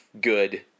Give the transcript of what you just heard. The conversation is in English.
good